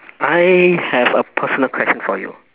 I have a personal question for you